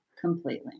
Completely